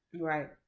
Right